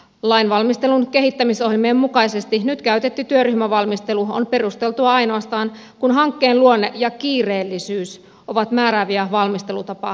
lainvalmistelun kehittämisohjelmien mukaisesti nyt käytetty työryhmävalmistelu on perusteltu ainoastaan kun hankkeen luonne ja kiireellisyys ovat määrääviä valmistelutapaa valittaessa